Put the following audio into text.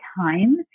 time